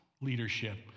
leadership